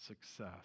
success